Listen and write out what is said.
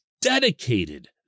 dedicated